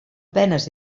penes